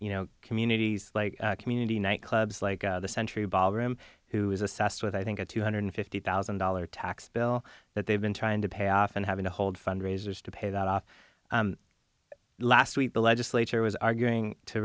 you know communities like community night clubs like the sentry ballroom who is assessed with i think a two hundred fifty thousand dollar tax bill that they've been trying to pay off and having to hold fundraisers to pay that off last week the legislature was arguing to